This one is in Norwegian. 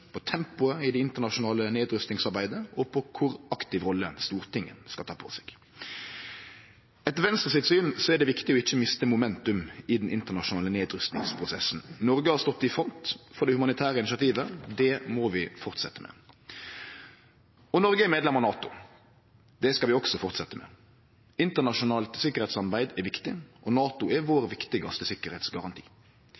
på tempoet i det internasjonale nedrustingsarbeidet og på kor aktiv ei rolle Stortinget skal ta på seg. Etter Venstres syn er det viktig ikkje å miste momentum i den internasjonale nedrustingsprosessen. Noreg har stått i front for det humanitære initiativet. Det må vi fortsetje med. Noreg er medlem av NATO. Det skal vi også fortsetje med. Internasjonalt tryggleikssamarbeid er viktig, og NATO er vår